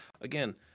again